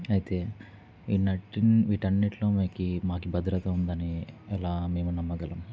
అయితే ఈన్నటి వీటన్నింటిలో మకి మాకు భద్రత ఉందని ఎలా మేము నమ్మగలం